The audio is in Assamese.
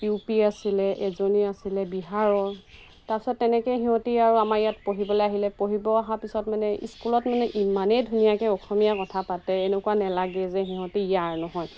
ইউ পি আছিলে এজনী আছিলে বিহাৰৰ তাৰপাছত তেনেকৈ সিহঁতি আৰু আমাৰ ইয়াত পঢ়িবলৈ আহিলে পঢ়িব অহা পিছত মানে স্কুলত মানে ইমানেই ধুনীয়াকৈ অসমীয়া কথা পাতে এনেকুৱা নেলাগে যে সিহঁতি ইয়াৰ নহয়